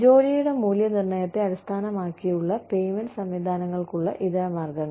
ജോലിയുടെ മൂല്യനിർണ്ണയത്തെ അടിസ്ഥാനമാക്കിയുള്ള പേയ്മെന്റ് സംവിധാനങ്ങൾക്കുള്ള ഇതരമാർഗങ്ങൾ